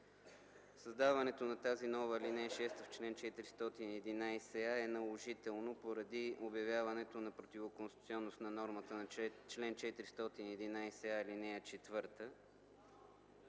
създаването на тази нова ал. 6 в чл. 411а, е наложително, поради обявяването на противоконституционност на нормата на чл. 411а, ал. 4.